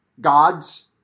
God's